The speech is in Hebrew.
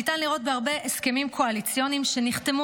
ניתן לראות בהרבה הסכמים קואליציוניים שנחתמו